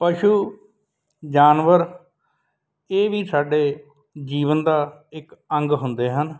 ਪਸ਼ੂ ਜਾਨਵਰ ਇਹ ਵੀ ਸਾਡੇ ਜੀਵਨ ਦਾ ਇੱਕ ਅੰਗ ਹੁੰਦੇ ਹਨ